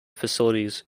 facilities